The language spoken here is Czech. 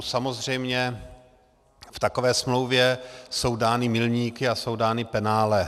Samozřejmě v takové smlouvě jsou dány milníky a jsou dána penále.